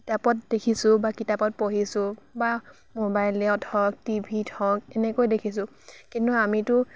কিতাপত দেখিছোঁ বা কিতাপত পঢ়িছোঁ বা ম'বাইলত হওক টিভিত হওক এনেকৈ দেখিছোঁ কিন্তু আমিতো